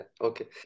okay